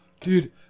dude